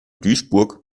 duisburg